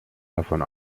davon